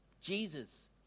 Jesus